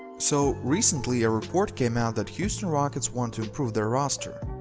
so recently a report came out that houston rockets want to improve their roster.